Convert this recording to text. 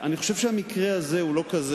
אני חושב שהמקרה הזה הוא לא כזה.